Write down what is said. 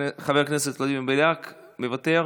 חבר הכנסת ולדימיר בליאק, מוותר,